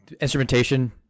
Instrumentation